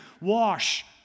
wash